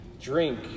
drink